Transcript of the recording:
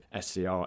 SCR